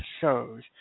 shows